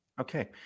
Okay